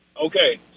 Okay